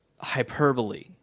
Hyperbole